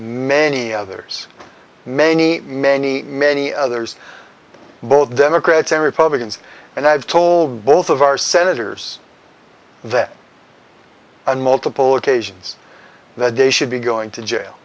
many others many many many others both democrats and republicans and i've told both of our senators that and multiple occasions that they should be going to jail